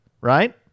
right